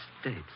States